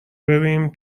بریم